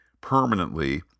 permanently